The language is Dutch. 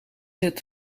het